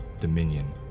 dominion